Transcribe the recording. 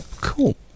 cool